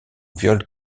viol